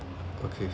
okay